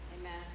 Amen